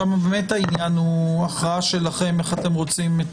שם באמת העניין הוא הכרעה שלכם איך אתם רוצים.